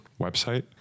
website